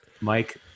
Mike